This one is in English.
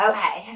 Okay